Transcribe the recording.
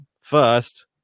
first